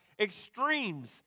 extremes